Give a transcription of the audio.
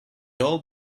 old